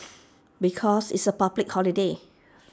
because it's A public holiday